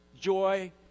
Joy